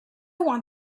want